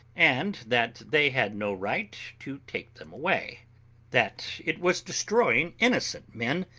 and that they had no right to take them away that it was destroying innocent men,